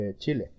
Chile